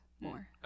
more